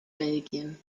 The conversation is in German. belgien